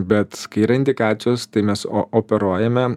bet kai yra indikacijos tai mes o operuojame